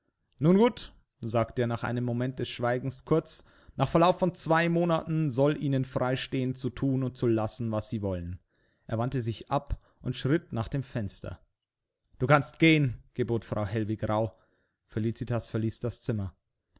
nun gut sagte er nach einem moment des schweigens kurz nach verlauf von zwei monaten soll ihnen freistehen zu thun und zu lassen was sie wollen er wandte sich ab und schritt nach dem fenster du kannst gehen gebot frau hellwig rauh felicitas verließ das zimmer